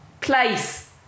Place